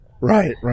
Right